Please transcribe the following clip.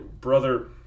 Brother